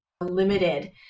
limited